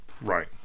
right